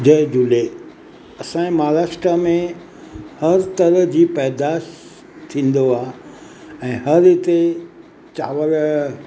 जय झूले असांजे महाराष्ट्रा में हर तरह जी पैदाइश थींदो आहे ऐं हर हिते चांवर